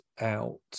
out